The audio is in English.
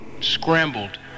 Scrambled